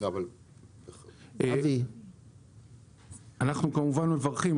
אנחנו כמובן מברכים.